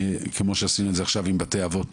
כמו שעשינו עכשיו עם בתי אבות